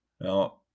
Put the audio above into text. Now